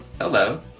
hello